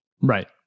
right